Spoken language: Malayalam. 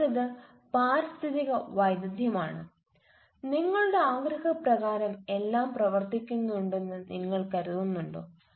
അടുത്തത് പാരിസ്ഥിതിക വൈദഗ്ധ്യമാണ് നിങ്ങളുടെ ആഗ്രഹപ്രകാരം എല്ലാം പ്രവർത്തിക്കുന്നുവെന്ന് നിങ്ങൾ കരുതുന്നുണ്ടോ